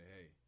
Hey